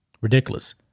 Ridiculous